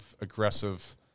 aggressive